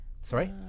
Sorry